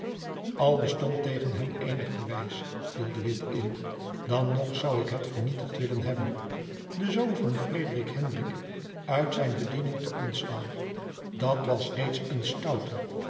al bestond tegen hem eenig bewijs viel de witt in dan nog zoû ik het vernietigd willen hebben den zoon van frederik hendrik uit zijn bediening te ontslaan dat was reeds een stoute